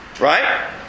right